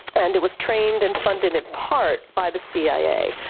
and it was trained and funded in part by the cia,